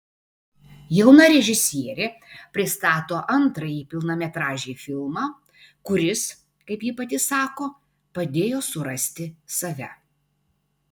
jauna režisierė pristato antrąjį pilnametražį filmą kuris kaip ji pati sako padėjo surasti save